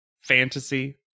fantasy